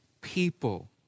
people